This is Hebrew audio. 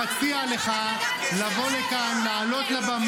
מאות לוחמים נפלו בקרב,